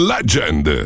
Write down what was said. Legend